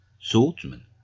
swordsman